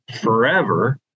forever